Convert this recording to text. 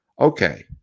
Okay